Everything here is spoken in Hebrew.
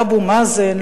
לאבו מאזן,